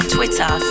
Twitter